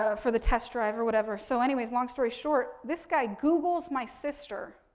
ah for the test drive or whatever. so anyways, long story short, this guy googles my sister,